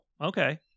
okay